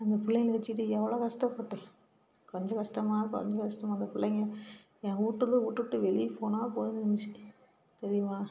அந்த புள்ளைங்களை வச்சுக்கிட்டு எவ்வளோ கஸ்டப்பட்டேன் கொஞ்சம் கஸ்டமா கொஞ்சம் கஸ்டமா அந்த பிள்ளைங்க என் வீட்டுக்கு விட்டுட்டு வெளியே போனால் கொழந்தைகளை நெனைச்சி தெரியுமா